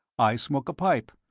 i smoke a pipe.